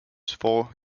four